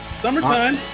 Summertime